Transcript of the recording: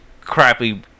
crappy